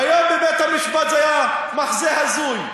היום בבית-המשפט זה היה מחזה הזוי: